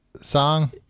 song